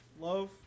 love